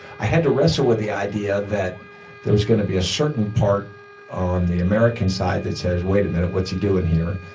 i had to wrestle with the idea that there was going to be a certain part on the american side that says, wait a minute. what's he doing here?